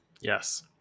Yes